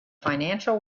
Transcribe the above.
financial